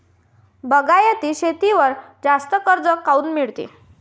बागायती शेतीवर जास्त कर्ज काऊन मिळते?